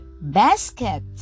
Basket